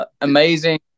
amazing